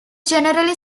generally